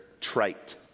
trite